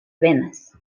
venas